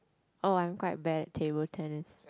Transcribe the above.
oh I'm quite bad at table tennis